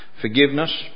forgiveness